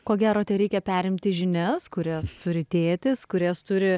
ko gero tereikia perimti žinias kurias turi tėtis kurias turi